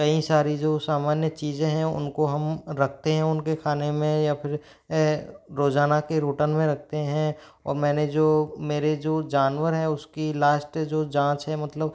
कईं सारी जो सामान्य चीज़ें हैं उनको हम रखते हैं उनके खाने में या फिर रोज़ाना के रूटन में रखते हैं और मैंने जो मेरे जो जानवर हैं उसकी लाष्ट जो जाँच हैं मतलब